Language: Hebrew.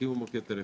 תקימו מוקד טלפוני,